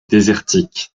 désertique